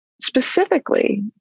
Specifically